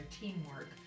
teamwork